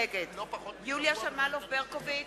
נגד יוליה שמאלוב-ברקוביץ,